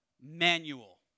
manual